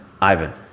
Ivan